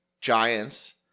Giants